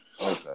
Okay